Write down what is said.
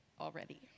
already